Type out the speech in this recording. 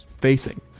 facing